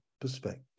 perspective